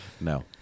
no